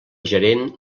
gerent